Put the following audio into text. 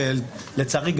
לצערי,